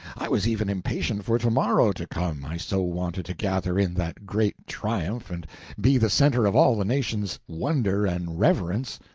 i was even impatient for to-morrow to come, i so wanted to gather in that great triumph and be the center of all the nation's wonder and reverence.